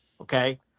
Okay